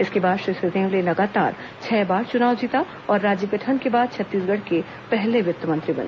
इसके बाद श्री सिंहदेव ने लगातार छह बार चुनाव जीता और राज्य गठन के बाद छत्तीसगढ़ के पहले वित्त मंत्री बने